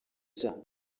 sha